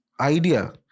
idea